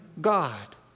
God